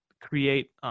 create